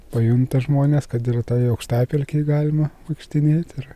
pajunta žmonės kad ir a tai aukštapelkėj galima vaikštinėti ir